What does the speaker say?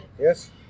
Yes